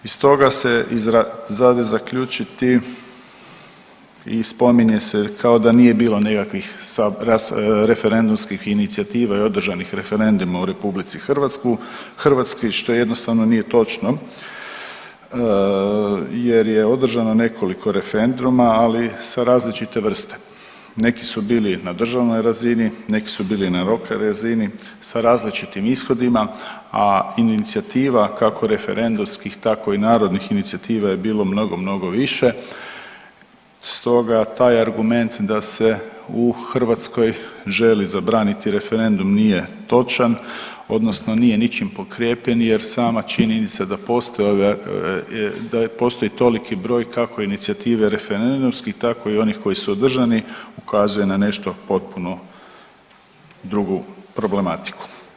Iz toga se dade zaključiti i spominje se kao da nije bilo nekakvih referendumskih inicijativa i održanih referenduma u RH što jednostavno nije točno jer je održano nekoliko referenduma, ali sa različite vrste, neki su bili na državnoj razini, neki su bili na lokalnoj razini sa različitim ishodima, a inicijativa kako referendumskih tako i narodnih inicijativa je bilo mnogo mnogo više, stoga taj argument da se u Hrvatskoj želi zabraniti referendum nije točan odnosno nije ničim potkrijepljen jer sama činjenica da postoji, da postoji toliki broj kako inicijative referendumskih tako i onih koji su održani ukazuje na nešto potpuno drugu problematiku.